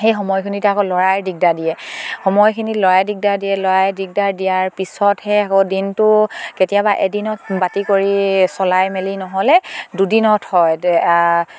সেই সময়খিনিত আকৌ লৰাই দিগদাৰ দিয়ে সময়খিনিত লৰাই দিগদাৰ দিয়ে লৰাই দিগদাৰ দিয়াৰ পিছত সেই আকৌ দিনটো কেতিয়াবা এদিনত বাতি কৰি চলাই মেলি নহ'লে দুদিনত হয়